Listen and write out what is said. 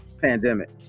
pandemic